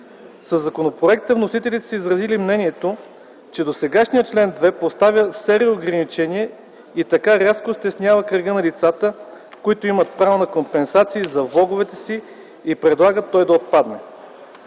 Със законопроекта вносителите са изразили мнението, че досегашния член 2 поставя серия ограничения и така рязко стеснява кръга на лицата, които имат право на компенсации за влоговете си и предлагат той да отпадне.